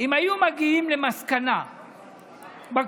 אם היו מגיעים למסקנה בקואליציה,